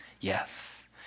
Yes